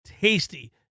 tasty